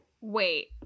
wait